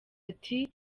ati